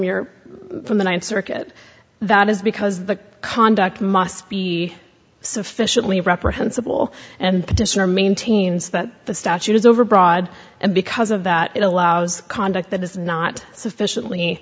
your from the ninth circuit that is because the conduct must be sufficiently reprehensible and petitioner maintains that the statute is overbroad and because of that it allows conduct that is not sufficiently